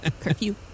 Curfew